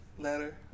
letter